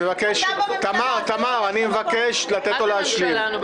אתה בממשלה --- תמר, אני מבקש לתת לו להשלים.